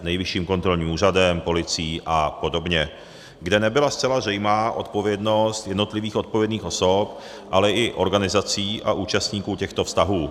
Nejvyšším kontrolním úřadem, policií a podobně, kde nebyla zcela zřejmá odpovědnost jednotlivých odpovědných osob, ale i organizací a účastníků těchto vztahů.